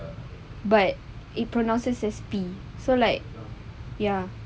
but it pronounces as P so like ya